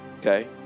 okay